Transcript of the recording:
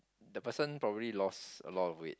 the person probably lost a lot of weight